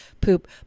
poop